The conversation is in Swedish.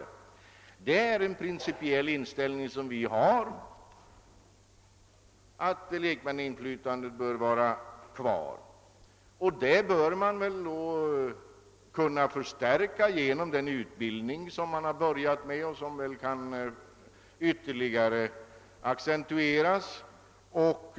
Vi har i utskottet den principiella inställningen att lekmannainflytandet bör finnas kvar. Det bör t.o.m. kunna förstärkas genom den utbildning som nu har påbörjats och som väl kan accentueras ytterligare.